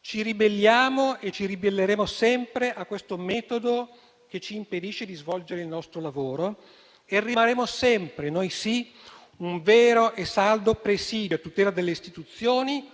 Ci ribelliamo e ci ribelleremo sempre a questo metodo che ci impedisce di svolgere il nostro lavoro e rimarremo sempre - noi sì - un vero e saldo presidio a tutela delle istituzioni,